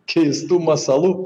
keistų masalų